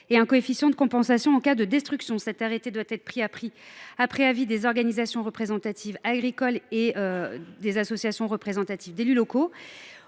et un coefficient de compensation en cas de destruction. Cet arrêté doit être pris après avis des organisations représentatives agricoles et des associations représentatives d’élus locaux.